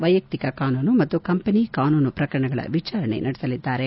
ವೈಯಕ್ತಿಕ ಕಾನೂನು ಮತ್ತು ಕಂಪನಿ ಕಾನೂನು ಪ್ರಕರಣಗಳ ವಿಚಾರಣೆ ನಡೆಸಲಿದ್ದಾರೆ